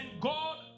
God